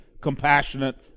compassionate